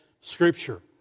Scripture